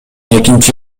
экинчи